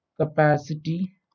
Capacity